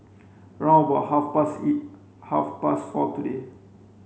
round about half past E half past four today